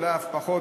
אולי אף פחות,